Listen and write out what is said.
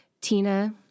Tina